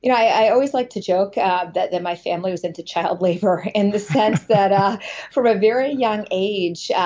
you know i always like to joke that that my family was into child labor in the sense that ah from a very young age,